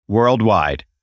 Worldwide